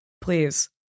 please